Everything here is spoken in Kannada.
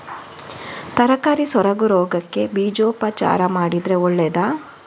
ತರಕಾರಿ ಸೊರಗು ರೋಗಕ್ಕೆ ಬೀಜೋಪಚಾರ ಮಾಡಿದ್ರೆ ಒಳ್ಳೆದಾ?